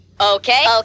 Okay